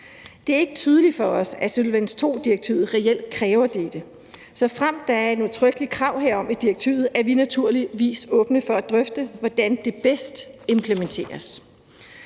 Det er ikke tydeligt for os, at solvens II-direktivet reelt kræver dette. Såfremt der er et udtrykkeligt krav herom i direktivet, er vi naturligvis åbne for at drøfte, hvordan det bedst implementeres.